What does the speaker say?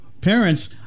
Parents